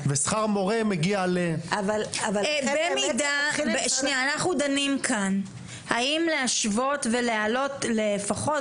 אנחנו דנים כאן האם להשוות ולהעלות לפחות